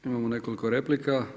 Imamo nekoliko replika.